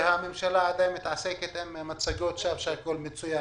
אבל הממשלה מתעסקת עם מצגות שווא שהכל מצוין.